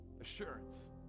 assurance